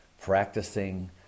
Practicing